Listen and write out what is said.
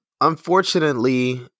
Unfortunately